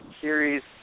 series